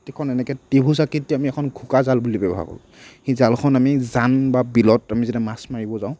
এনেকৈ ত্ৰিভুজ আকৃতিৰ আমি এখন ঘোকা জাল বুলি ব্যৱহাৰ কৰোঁ সেই জালখন আমি জান বা বিলত আমি যেতিয়া মাছ মাৰিব যাওঁ